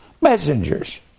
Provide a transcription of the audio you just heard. messengers